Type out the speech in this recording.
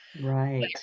Right